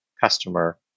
customer